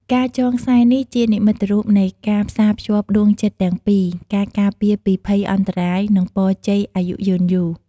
ការចងខ្សែនេះជានិមិត្តរូបនៃការផ្សាភ្ជាប់ដួងចិត្តទាំងពីរ ការការពារពីភ័យអន្តរាយ និងពរជ័យអាយុយឺនយូរ។